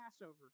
Passover